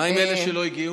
מה עם אלה שלא הגיעו?